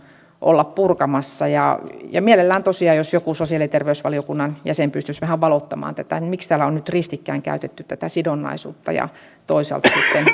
olla purkamassa ja ja mielellään tosiaan kuulen jos joku sosiaali ja terveysvaliokunnan jäsen pystyisi vähän valottamaan tätä miksi täällä on nyt ristikkäin käytetty tätä sidonnaisuutta ja toisaalta sitten